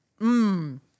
Mmm